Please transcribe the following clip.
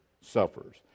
suffers